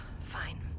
Fine